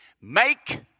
Make